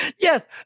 Yes